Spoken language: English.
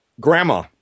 grandma